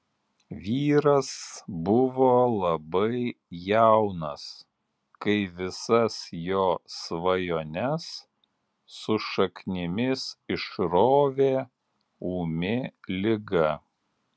vyras buvo labai jaunas kai visas jo svajones su šaknimis išrovė ūmi liga